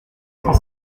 cent